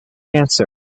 answer